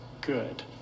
good